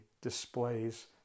displays